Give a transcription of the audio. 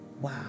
Wow